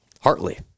Hartley